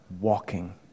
walking